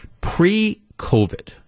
Pre-COVID